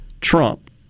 Trump